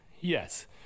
Yes